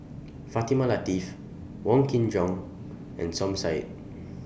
Fatimah Lateef Wong Kin Jong and Som Said